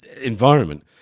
environment